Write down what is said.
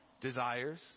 desires